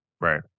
Right